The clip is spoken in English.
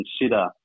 consider